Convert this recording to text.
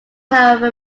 however